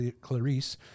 Clarice